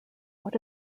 what